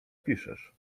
piszesz